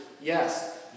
Yes